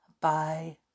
bye